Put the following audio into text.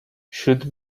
should